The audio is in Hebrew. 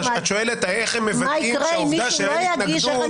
מה יקרה אם מישהו לא יגיש וגם אין מי שיגיש בשמו?